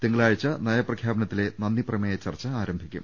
തിങ്കളാഴ്ച നയപ്രഖ്യാപന ത്തിലെ നന്ദിപ്രമേയ ചർച്ച ആരംഭിക്കും